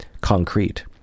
concrete